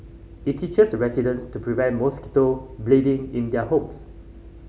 it teaches residents to prevent mosquito breeding in their homes